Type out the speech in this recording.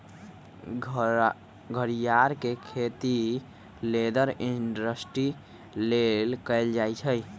घरियार के खेती लेदर इंडस्ट्री लेल कएल जाइ छइ